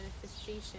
manifestation